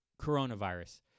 coronavirus